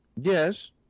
Yes